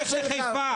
לך לחיפה.